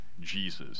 Jesus